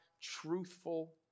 truthful